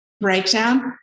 breakdown